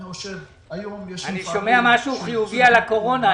אני שומע משהו חיובי על הקורונה.